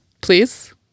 Please